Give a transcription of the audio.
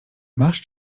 masz